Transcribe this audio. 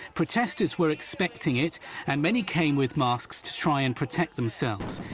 protesters were expecting it and many came with masks to try and protect themselves.